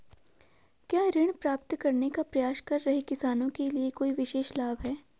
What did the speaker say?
क्या ऋण प्राप्त करने का प्रयास कर रहे किसानों के लिए कोई विशेष लाभ हैं?